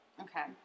Okay